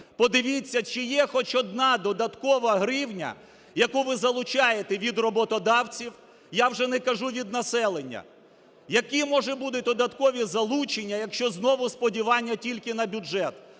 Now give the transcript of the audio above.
Подивіться чи є хоч одна додаткова гривня, яку ви залучаєте від роботодавців, я вже не кажу – від населення. Які можуть бути додаткові залучення, якщо знову сподівання тільки на бюджет?